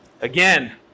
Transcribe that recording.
again